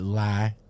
lie